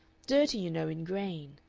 dirty, you know, in grain.